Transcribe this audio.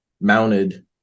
mounted